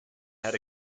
had